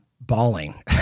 bawling